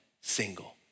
single